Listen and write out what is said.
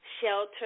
shelter